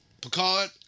Picard